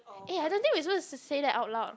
eh I don't think we supposed to say that out loud